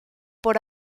por